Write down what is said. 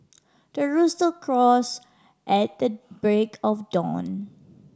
the rooster crows at the break of dawn